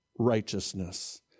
Righteousness